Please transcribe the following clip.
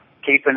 keeping